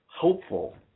hopeful